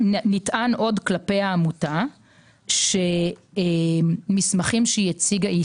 העמותה הגישה גם